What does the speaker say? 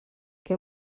què